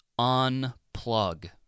unplug